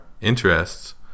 interests